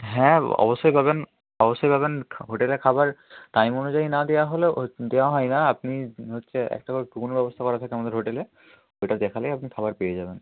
হ্যাঁ অবশ্যই পাবেন অবশ্যই পাবেন হোটেলের খাবার টাইম অনুযায়ী না দেয়া হলেও দেয়া হয় না আপনি হচ্ছে একটা করে কুপনের ব্যবস্থা করা থাকে আমাদের হোটেলে সেটা দেখালেই আপনি খাবার পেয়ে যাবেন